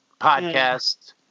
podcast